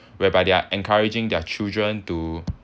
whereby they are encouraging their children to